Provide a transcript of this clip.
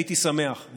הייתי שמח,